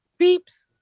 beeps